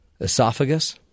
esophagus